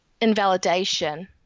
Invalidation